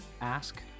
ask